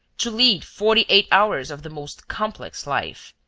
to lead forty-eight hours of the most complex life.